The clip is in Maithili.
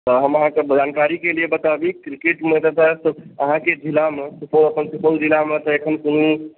तऽ हम अहाँकें जानकारीके लिए बताबी क्रिकेटमे अहाँकें जिलामे अपन सुपौल जिलामे तऽ अखन कोनो